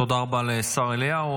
תודה רבה לשר אליהו.